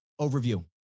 overview